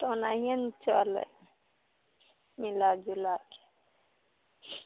तऽ ओनाहिए ने चलै मिलाजुलाके